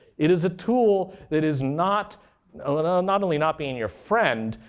it is a tool that is not ah and not only not being your friend,